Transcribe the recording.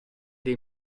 dei